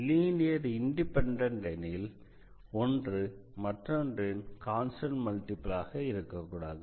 linear independent எனில் ஒன்று மற்றொன்றின் கான்ஸ்டன்ட் மல்டிபிளாக ஆக இருக்கக் கூடாது